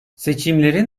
seçimleri